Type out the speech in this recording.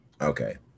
Okay